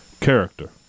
character